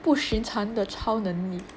不寻常的超能力